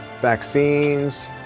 Vaccines